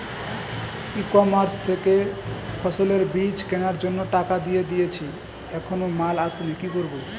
ই commerce থেকে ফসলের বীজ কেনার জন্য টাকা দিয়ে দিয়েছি এখনো মাল আসেনি কি করব?